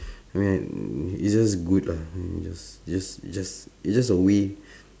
I mean it's just good lah it's just it's just it's just it's just a way